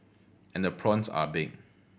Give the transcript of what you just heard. and the prawns are big